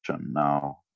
now